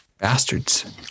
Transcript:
Bastards